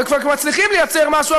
וכשכבר מצליחים לייצר משהו,